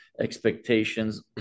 expectations